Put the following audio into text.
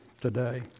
today